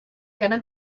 gonna